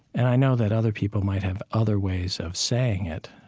and i know that other people might have other ways of saying it,